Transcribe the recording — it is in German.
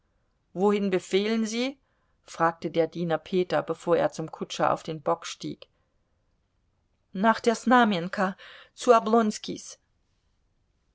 wohin befehlen sie fragte der diener peter bevor er zum kutscher auf den bock stieg nach der snamenka zu